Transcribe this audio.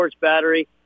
battery